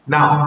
Now